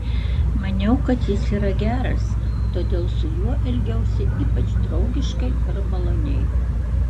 maniau kad jis yra geras todėl su juo elgiausi ypač draugiškai ir maloniai